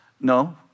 No